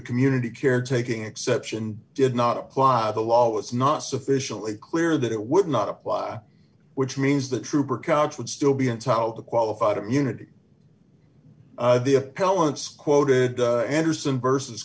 community care taking exception did not apply the law was not sufficiently clear that it would not apply which means the trooper couch would still be entitled to qualified immunity the appellant's quoted anderson versus